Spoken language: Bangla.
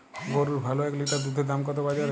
গরুর ভালো এক লিটার দুধের দাম কত বাজারে?